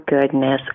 goodness